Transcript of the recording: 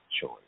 choice